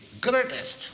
greatest